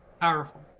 powerful